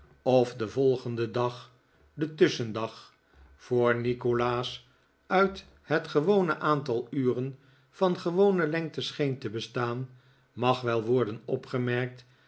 of de volgende dag de tusschendag voor nikolaas uit het gewone aantal uren van gewone lengte scheen te bestaan mag wel worden opgemerkt